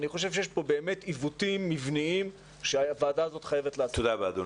אני חושב שיש פה עיוותים מבניים שהוועדה הזאת חייבת לעסוק בהם.